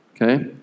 okay